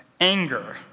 anger